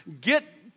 get